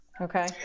Okay